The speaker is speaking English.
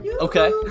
Okay